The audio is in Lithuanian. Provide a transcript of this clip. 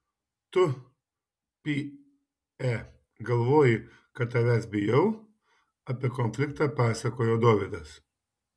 tu py e galvoji kad tavęs bijau apie konfliktą pasakojo dovydas